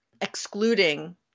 excluding